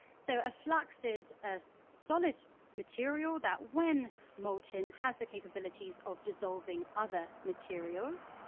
so a flux is a solid material that when molten has the capabilities of dissolving other materials.